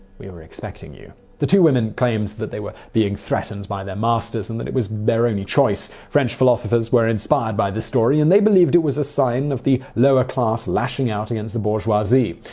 we were expecting you? the two women claimed that they were being threatened by their masters, and that it was their only choice. french philosophers were inspired by this story, and they believed it was a sign of the lower class lashing out against the bourgeoisie.